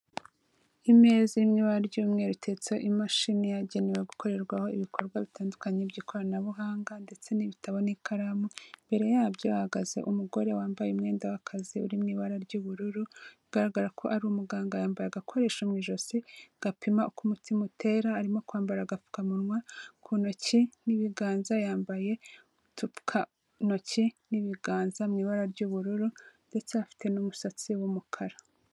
Imeza iri mu ibara ry'umweru iteretseho imashini yagenewe gukorerwaho ibikorwa bitandukanye by'ikoranabuhanga ndetse n'ibitabo n'ikaramu, imbere yabyo hahagaze umugore wambaye umwenda w'akazi uri mu ibara ry'ubururu, bigaragara ko ari umuganga. Yambaye agakoresho mu ijosi gapima uko umutima utera, arimo kwambara agapfukamunwa ku ntoki n'ibiganza yambaye udupfukantoki n'ibiganza mu ibara ry'ubururu, ndetse afite n'umusatsi w'umukara.